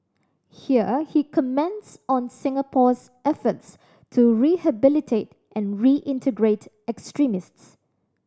here he comments on Singapore's efforts to rehabilitate and reintegrate extremists